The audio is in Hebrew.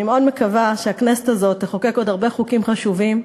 אני מאוד מקווה שהכנסת הזאת תחוקק עוד הרבה חוקים חשובים.